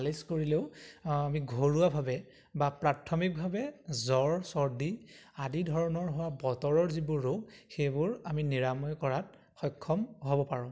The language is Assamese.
মালিচ কৰিলেও আমি ঘৰুৱাভাৱে বা প্ৰাথমিকভাৱে জ্বৰ চৰ্দি আদি ধৰণৰ হোৱা বতৰৰ যিবোৰ ৰোগ সেইবোৰ আমি নিৰাময় কৰাত সক্ষম হ'ব পাৰোঁ